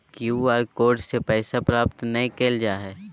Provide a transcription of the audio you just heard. Q R code से पैसा प्राप्त नयय करल जा हइ